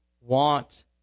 want